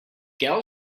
gal